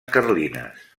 carlines